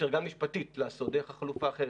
גם משפטית דרך חלופה אחרת,